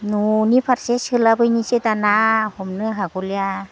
न'नि फारसे सोलाबैनिसो दाना हमनो हागलिया